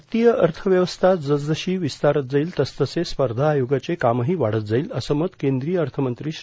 भारतीय अर्थव्यवस्था जसजशी विस्तारत जाईल तसतसे स्पर्धा आयोगाचे कामही वाढत जाईल असं मत केंद्रीय अर्थ मंत्री श्री